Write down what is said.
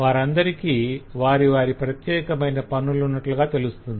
వారందరికీ వారివారి ప్రత్యేకమైన పనులున్నట్లుగా తెలుస్తుంది